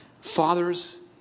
Fathers